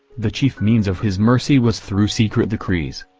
the chief means of his mercy was through secret decrees.